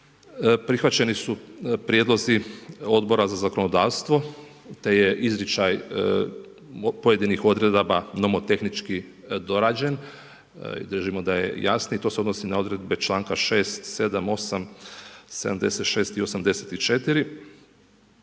Prihvaćeni su prijedlozi Odbora za zakonodavstvo te je izričaj pojedinih odredaba nomotehnički dorađen. Držimo da je jasniji i to se odnosi na odredbe članka 6., 7., 8., 76. i 84.